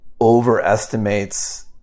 overestimates